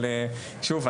אבל שוב,